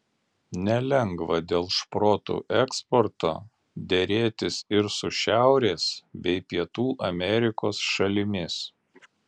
nelengva dėl šprotų eksporto derėtis ir su šiaurės bei pietų amerikos šalimis